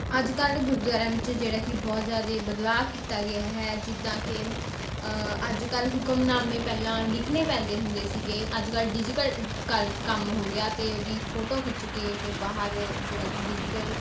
ਅੱਜ ਕੱਲ੍ਹ ਗੁਰਦੁਆਰਿਆਂ ਵਿੱਚ ਜਿਹੜਾ ਕਿ ਬਹੁਤ ਜ਼ਿਆਦਾ ਬਦਲਾਵ ਕੀਤਾ ਗਿਆ ਹੈ ਜਿੱਦਾਂ ਕਿ ਅੱਜ ਕੱਲ੍ਹ ਹੁਕਮਨਾਮੇ ਪਹਿਲਾਂ ਲਿਖਣੇ ਪੈਂਦੇ ਹੁੰਦੇ ਸੀਗੇ ਅੱਜ ਕੱਲ੍ਹ ਡਿਜੀਕਲ ਕਲ ਕੰਮ ਹੋ ਗਿਆ ਅਤੇ ਉਹਦੀ ਫੋਟੋ ਖਿੱਚ ਕੇ ਅਤੇ ਬਾਹਰ ਜਿਹੜਾ ਕਿ ਡਿਜੀਟਲ